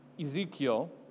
Ezekiel